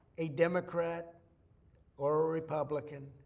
a democrat or republican.